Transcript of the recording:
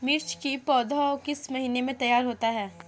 मिर्च की पौधा किस महीने में तैयार होता है?